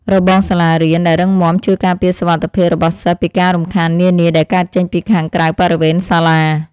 របងសាលារៀនដែលរឹងមាំជួយការពារសុវត្ថិភាពរបស់សិស្សពីការរំខាននានាដែលកើតចេញពីខាងក្រៅបរិវេណសាលា។